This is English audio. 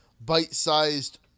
bite-sized